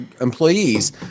employees